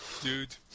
Dude